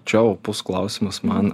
čia opus klausimas man